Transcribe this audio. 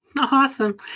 Awesome